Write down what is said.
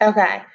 Okay